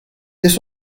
this